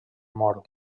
moro